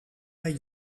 bij